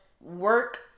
work